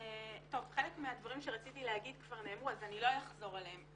חלק מהדברים שרציתי להגיד כבר נאמרו אז אני לא אחזור עליהם.